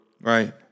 Right